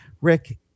Rick